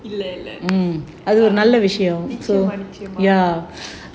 இல்ல இல்ல நிச்சயமா நிச்சயமா:illa illa nichayamaa nichayamaa